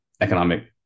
economic